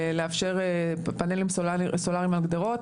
לאפשר פאנלים סולאריים על גדרות.